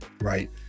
right